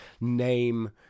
name